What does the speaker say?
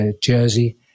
jersey